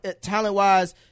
talent-wise